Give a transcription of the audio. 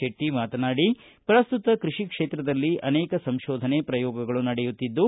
ಚೆಟ್ಟಿ ಮಾತನಾಡಿ ಪ್ರಸ್ತುತ ಕೈಷಿ ಕ್ಷೇತ್ರದಲ್ಲಿ ಅನೇಕ ಸಂಶೋಧನೆ ಪ್ರಯೋಗಗಳು ನಡೆಯುತ್ತಿದ್ದು